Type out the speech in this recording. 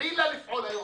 התחילה לפעול היום.